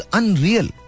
unreal